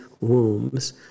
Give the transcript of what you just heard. wombs